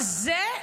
על זה,